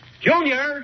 Junior